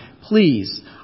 Please